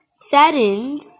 Saddened